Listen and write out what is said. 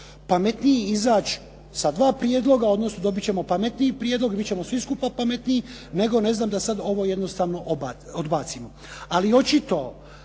pametniji izaći sa dva prijedloga, odnosno dobiti ćemo pametniji prijedlog i biti ćemo svi skupa pametniji nego da sada ovo jednostavno odbacimo. Ali očito